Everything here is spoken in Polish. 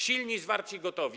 Silni, zwarci i gotowi.